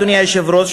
אדוני היושב-ראש,